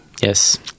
Yes